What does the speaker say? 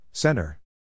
Center